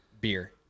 Beer